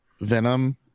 Venom